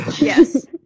Yes